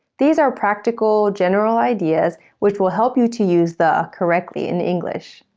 these are practical, general ideas which will help you to use the correctly in english.